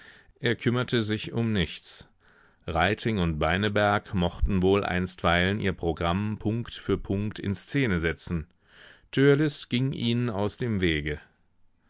er kümmerte sich um nichts reiting und beineberg mochten wohl einstweilen ihr programm punkt für punkt in szene setzen törleß ging ihnen aus dem wege